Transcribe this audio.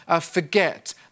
forget